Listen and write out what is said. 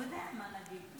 הוא יודע מה להגיד.